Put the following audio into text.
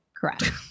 Correct